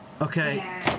okay